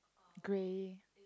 grey